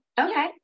okay